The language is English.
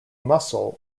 muscle